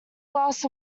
glass